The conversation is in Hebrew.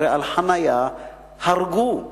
הרי על חנייה הרגו,